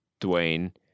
Dwayne